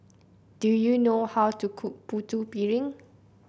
do you know how to cook Putu Piring